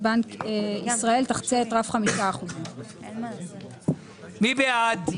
בנק ישראל תחצה את רף 5%". מי בעד?